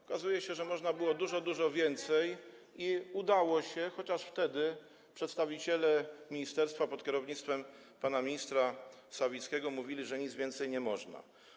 Okazuje się, że można było zrobić dużo, dużo więcej, co w końcu się udało, chociaż wtedy przedstawiciele ministerstwa pod kierownictwem pana ministra Sawickiego mówili, że nic więcej nie można.